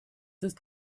ist